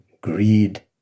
greed